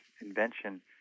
invention